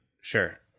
Sure